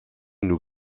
nur